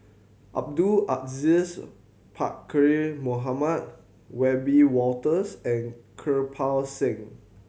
Abdul Aziz Pakkeer Mohamed Wiebe Wolters and Kirpal Singh